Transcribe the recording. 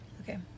Okay